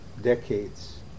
decades